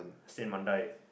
stay in Mandai